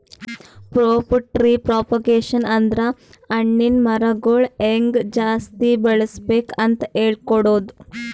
fruit tree propagation ಅಂದ್ರ ಹಣ್ಣಿನ್ ಮರಗೊಳ್ ಹೆಂಗ್ ಜಾಸ್ತಿ ಬೆಳಸ್ಬೇಕ್ ಅಂತ್ ಹೇಳ್ಕೊಡದು